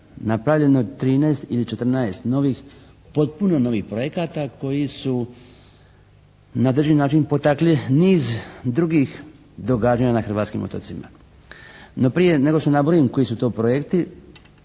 napravljeno 13 ili 14 novih, potpuno novih projekata koji su na određeni način potakli niz drugih događanja na hrvatskim otocima. No prije nego što nabrojim koji su to projekti,